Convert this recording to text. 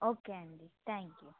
okay అండి thank you